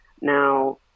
Now